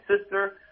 sister –